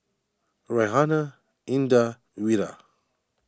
Raihana Indah and Wira